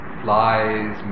flies